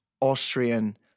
Austrian